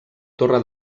torre